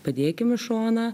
padėkim į šoną